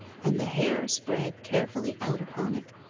and the hair spread carefully out upon it.